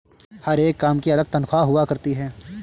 हर एक काम की अलग तन्ख्वाह हुआ करती है